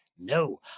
no